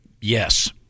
Yes